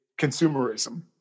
consumerism